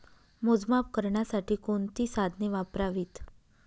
मोजमाप करण्यासाठी कोणती साधने वापरावीत?